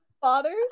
fathers